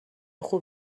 خوب